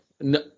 No